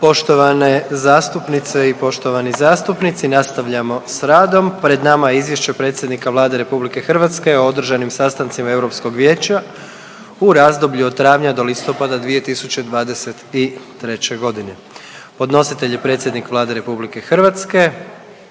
Poštovane zastupnice i poštovani zastupnici. Nastavljamo s radom. Pred nama je: - Izvješće predsjednika Vlade Republike Hrvatske o održanim sastancima Europskoga vijeća u razdoblju od travnja do listopada 2023. godine Podnositelj je predsjednik Vlade RH.